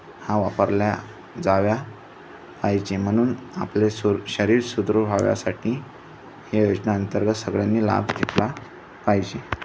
हा वापरल्या जाव्या पाहिजे म्हणून आपले सुर शरीर सुदृढ व्हावं यासाठी हे योजना अंतर्गत सगळ्यांनी लाभ घेतला पाहिजे